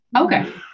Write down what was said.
Okay